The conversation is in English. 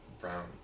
brown